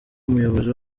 umuyobozi